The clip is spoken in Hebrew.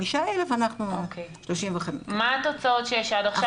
כ-75,000, אנחנו 35,000. מה התוצאות שיש עד עכשיו?